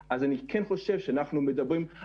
גם לנו חשוב שאם יש להם דברים שהם יודעים,